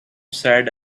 sad